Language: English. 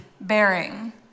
bearing